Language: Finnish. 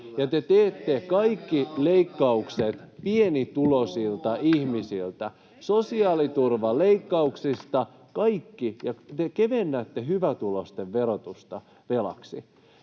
te teette kaikki leikkaukset pienituloisilta ihmisiltä, sosiaaliturvaleikkauksista kaikki, ja te kevennätte hyvätuloisten verotusta velaksi.